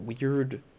weird